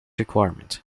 requirement